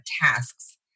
tasks